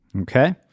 okay